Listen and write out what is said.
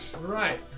Right